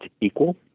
equal